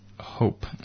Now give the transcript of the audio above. hope